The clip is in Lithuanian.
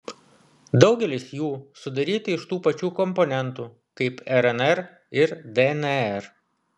daugelis jų sudaryti iš tų pačių komponentų kaip rnr ir dnr